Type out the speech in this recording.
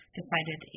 decided